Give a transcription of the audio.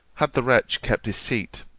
had the wretch kept his seat,